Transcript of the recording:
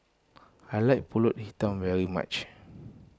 I like Pulut Hitam very much